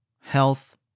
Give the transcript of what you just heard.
health